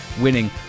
winning